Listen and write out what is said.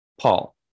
Paul